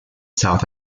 south